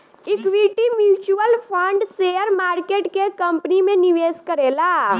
equity mutual fund share market के company में निवेश करेला